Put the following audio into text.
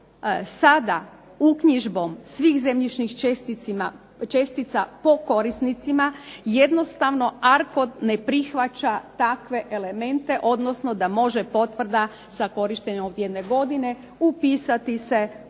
sada uknjižbom svih zemljišnih čestica po korisnicima jednostavno Arcot ne prihvaća takve elemente odnosno da može potvrda sa korištenjem od jedne godine upisati se